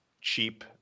cheap